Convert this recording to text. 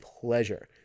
pleasure